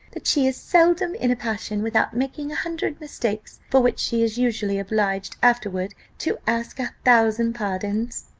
that she is seldom in a passion without making a hundred mistakes, for which she is usually obliged afterwards to ask a thousand pardons.